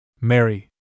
Mary